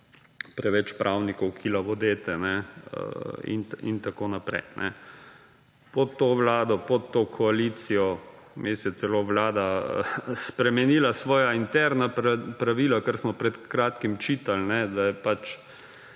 preveč pravnikov / nerazumljivo/ in tako naprej. Pod to Vlado pod to koalicijo vmes je celo Vlada spremenila svoja interna pravila, ker smo pred kratkim čitali, da je pač